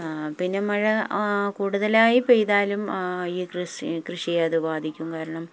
പിന്നെ മഴ കൂടുതലായി പെയ്താലും ഈ കൃഷിയെ അത് ബാധിക്കും കാരണം